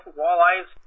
walleyes